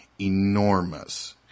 enormous